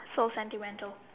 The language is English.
so sentimental